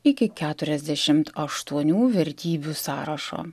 iki keturiasdešimt aštuonių vertybių sąrašo